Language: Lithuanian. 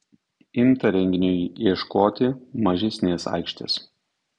imta renginiui ieškoti mažesnės aikštės